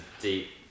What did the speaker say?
deep